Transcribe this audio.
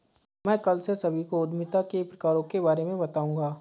मैं कल से सभी को उद्यमिता के प्रकारों के बारे में बताऊँगा